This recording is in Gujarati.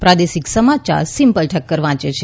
પ્રાદેશિક સમાચાર સિમ્પલ ઠક્કર વાંચે છે